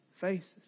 faces